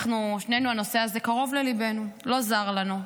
שנינו, הנושא הזה קרוב לליבנו, לא זר לנו.